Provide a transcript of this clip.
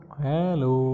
hello